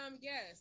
Yes